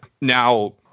Now –